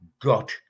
got